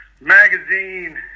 magazine